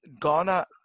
Ghana